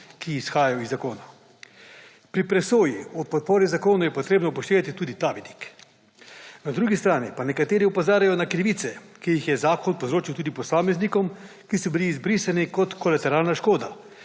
ki izhajajo iz zakona. Pri presoji o podpori zakonu je potrebno upoštevati tudi ta vidik. Na drugi strani pa nekateri opozarjajo na krivice, ki jih je zakon povzročil tudi posameznikom, ki so bili izbrisani kot kolateralna škoda,